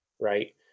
Right